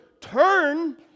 Turn